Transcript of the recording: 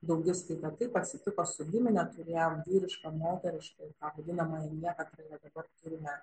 daugiskaitą taip atsitiko su gimine turėjom vyrišką moterišką vadinamąją nekatrąją dabar turime